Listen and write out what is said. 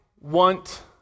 want